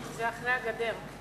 זה אחרי הגדר.